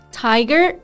tiger